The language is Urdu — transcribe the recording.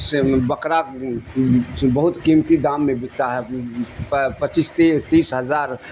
سے بکرا بہت قیمتی دام میں بکتا ہے پچیس ت تیس ہزار